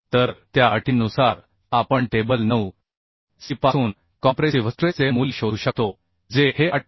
तर त्या अटींनुसार आपण टेबल 9 सी पासून कॉम्प्रेसिव्ह स्ट्रेसचे मूल्य शोधू शकतो जे हे 88